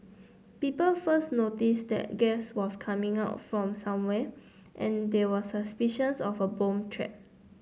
people first noticed that gas was coming out from somewhere and there were suspicions of a bomb threat